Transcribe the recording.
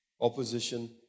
opposition